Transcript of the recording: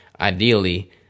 ideally